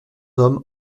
hommes